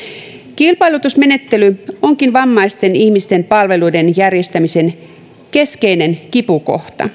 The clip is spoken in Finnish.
kilpailutusmenettely onkin vammaisten ihmisten palveluiden järjestämisen keskeinen kipukohta